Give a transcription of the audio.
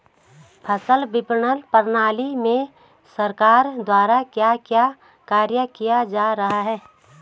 फसल विपणन प्रणाली में सरकार द्वारा क्या क्या कार्य किए जा रहे हैं?